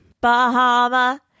Bahama